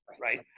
right